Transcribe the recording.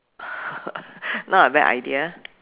not a bad idea